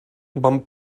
van